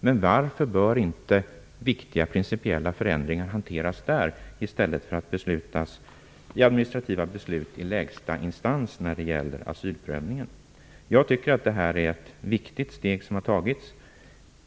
Men varför bör inte viktiga principiella förändringar hanteras där i stället för att beslutas i administrativa beslut i lägsta instans när det gäller asylprövningen? Jag tycker att det är ett viktigt steg som har tagits.